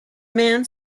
man